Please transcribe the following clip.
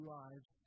lives